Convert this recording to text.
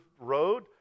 road